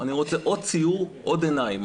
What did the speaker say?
אני רוצה עוד סיור, עוד עיניים.